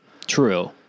True